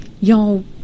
y'all